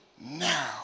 now